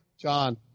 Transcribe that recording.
John